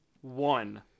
one